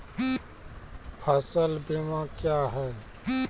फसल बीमा क्या हैं?